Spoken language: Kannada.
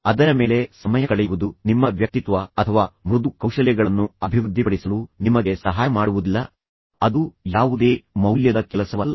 ಅದರ ಮೇಲೆ ಸಮಯ ಕಳೆಯುವುದು ನಿಮ್ಮ ವ್ಯಕ್ತಿತ್ವ ಅಥವಾ ಮೃದು ಕೌಶಲ್ಯಗಳನ್ನು ಅಭಿವೃದ್ಧಿಪಡಿಸಲು ನಿಮಗೆ ಸಹಾಯ ಮಾಡುವುದಿಲ್ಲ ಅದನ್ನು ನಿಮ್ಮ ಜೀವನದಿಂದ ತೆಗೆದುಹಾಕುವುದು ಅದು ಯಾವುದೇ ಮೌಲ್ಯದ ಕೆಲಸವಲ್ಲ